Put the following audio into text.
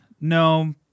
No